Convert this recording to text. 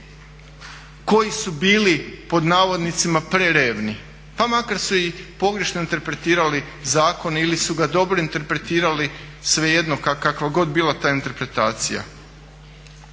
koji su bili "prerevni", pa makar su i pogrešno interpretirali zakon ili su ga dobro interpretirali, svejedno kakva god bila ta interpretacija.